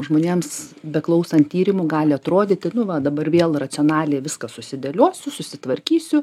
žmonėms beklausant tyrimų gali atrodyti nu va dabar vėl racionaliai viską susidėliosiu susitvarkysiu